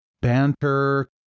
banter